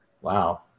Wow